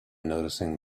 noticing